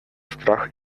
страх